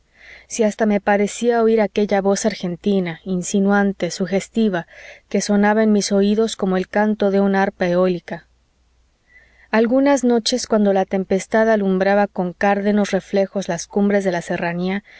si hasta me parecía oír aquella voz argentina insinuante sugestiva que sonaba en mis oídos como el canto de un arpa eólica algunas noches cuando la tempestad alumbraba con cárdenos reflejos las cumbres de la serranía